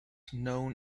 known